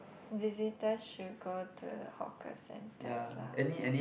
visitors should go to the hawker centers lah